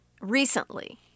Recently